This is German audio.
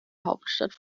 hauptstadt